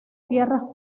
tierras